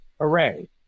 array